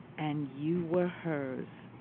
and you were hers.